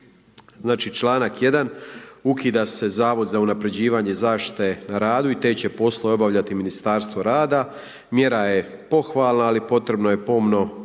Znači, članak 1. ukida se Zavod za unapređivanje zaštite na radu i te će poslove obavljati Ministarstvo rada. Mjera je pohvalna, ali potrebno je pomno